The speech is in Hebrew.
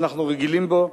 שאנחנו רגילים בו,